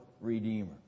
Redeemer